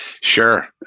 Sure